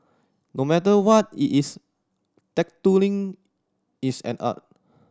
no matter what it is tattooing is an art